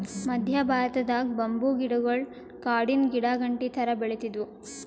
ಮದ್ಯ ಭಾರತದಾಗ್ ಬಂಬೂ ಗಿಡಗೊಳ್ ಕಾಡಿನ್ ಗಿಡಾಗಂಟಿ ಥರಾ ಬೆಳಿತ್ತಿದ್ವು